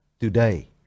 today